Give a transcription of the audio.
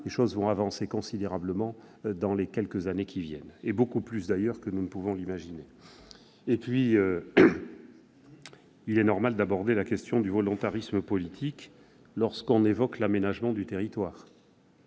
les choses vont avancer considérablement dans les quelques années qui viennent et beaucoup plus que nous ne l'imaginons. Il est normal d'aborder la question du volontarisme politique lorsqu'on évoque l'aménagement du territoire.